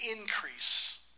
increase